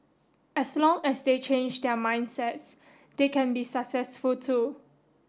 as long as they change their mindsets they can be successful too